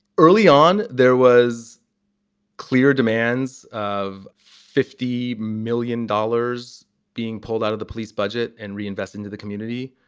early on, there was clear demands of fifty million dollars being pulled out of the police budget and reinvest into the community.